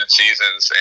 seasons